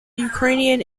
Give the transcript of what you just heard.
ukrainian